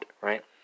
right